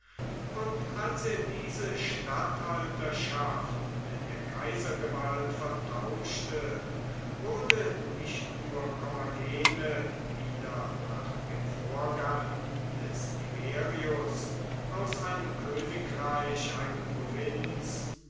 und als er diese statthalterschaft mit der kaisergewalt vertauschte wurde nicht nur kommagene wieder nach dem vorgang des tiberius aus einem königreich eine provinz